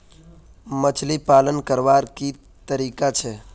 मछली पालन करवार की तरीका छे?